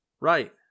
Right